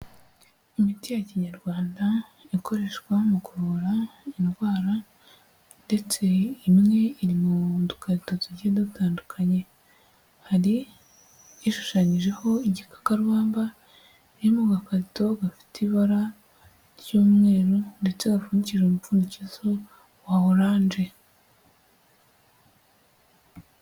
Imiti ya Kinyarwanda ikoreshwa mu kuvura indwara ndetse imwe iri mu dukarita tugiye dutandukanye, hari ishushanyijeho igikakarubamba iri mu gakarito gafite ibara ry'umweru ndetse gapfundikije umupfundikizo wa oranje.